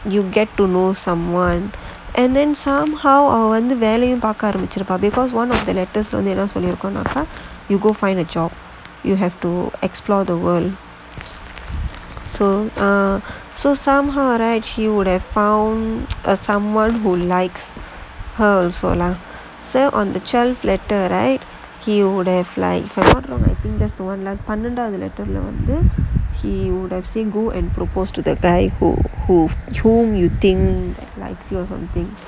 you get to know someone and then somehow அவன் வந்து வேலையும் பாக்க ஆரம்பிச்சு இருப்பா:avan vanthu velaiyum paakka aarambichu iruppaa because one of the letters D எதாவது சொல்லிருக்கும்:ethavathu sollirukkum you go find a job you have to explore the world ah so somehow right she would have found someone who likes her a lot so on the twelve letters rights பன்னெண்டாவது:pannaendaavathu letter வந்து:vanthu he would have say propose to the guy whom you think like you or something